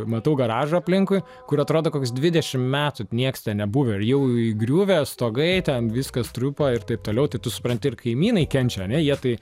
matau garažą aplinkui kur atrodo koks dvidešimt metų nieks ten nebuvę ir jau įgriuvę stogai ten viskas triupa ir taip toliau tai tu supranti ir kaimynai kenčia ane jie tai